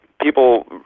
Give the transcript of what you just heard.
people